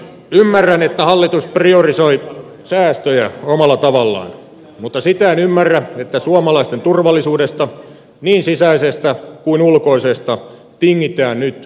ymmärrän että hallitus priorisoi säästöjä omalla tavallaan mutta sitä en ymmärrä että suomalaisten turvallisuudesta niin sisäisestä kuin ulkoisesta tingitään nyt kautta linjan